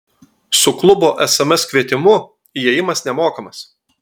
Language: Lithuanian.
su klubo sms kvietimu įėjimas nemokamas